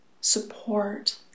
support